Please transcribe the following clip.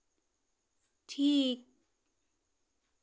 ᱴᱷᱤᱠ